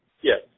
Yes